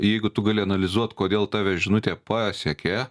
jeigu tu gali analizuot kodėl tave žinutė pasiekė